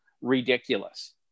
ridiculous